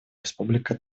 республика